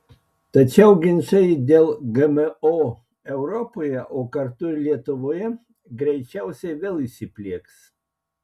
tačiau ginčai dėl gmo europoje o kartu ir lietuvoje greičiausiai vėl įsiplieks